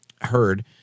heard